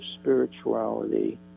spirituality